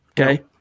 Okay